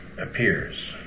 appears